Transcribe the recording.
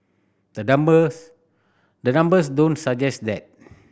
the numbers the numbers don't suggest that